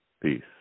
Peace